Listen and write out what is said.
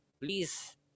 please